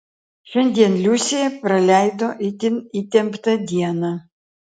šiandien liusė praleido itin įtemptą dieną